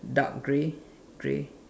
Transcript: dark grey grey